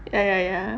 ya ya ya